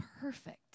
perfect